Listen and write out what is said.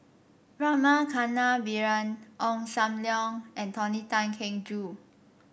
Rama Kannabiran Ong Sam Leong and Tony Tan Keng Joo